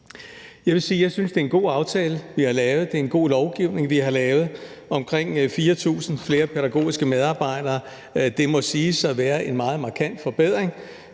jeg synes, det er en god aftale, vi har lavet. Det er en god lovgivning, vi har lavet omkring 4.000 flere pædagogiske medarbejdere. Det må siges at være en meget markant forbedring,